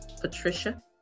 Patricia